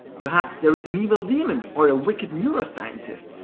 perhaps there is an evil demon, or a wicked neuroscientist,